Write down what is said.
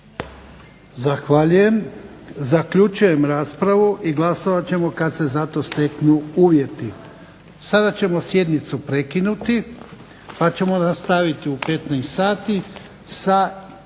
Zahvaljujem. Zaključujem raspravu i glasovat ćemo kad se za to steknu uvjeti. Sada ćemo sjednicu prekinuti, pa ćemo nastaviti u 15 sati sa točkom